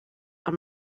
ond